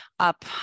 up